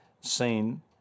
seen